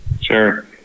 Sure